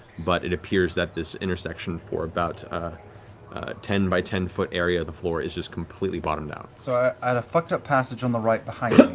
but it appears that this intersection for about a ten by ten foot area of the floor is just completely bottomed out. liam so i had a fucked-up passage on the right behind